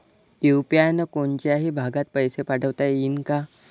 UPI न कोनच्याही भागात पैसे पाठवता येईन का?